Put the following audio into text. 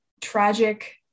tragic